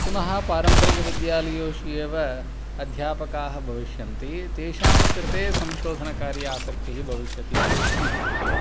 पुनः पारम्परिकविद्यालयेषु एव अध्यापकाः भविष्यन्ति तेषां कृते संशोधनकार्ये आसक्तिः भविष्यति इति वक्तुं न शक्यते